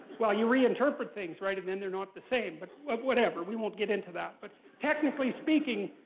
well, you re-interpret things, right, and then they're not the same, but whatever, we won't get into that. but technically speaking,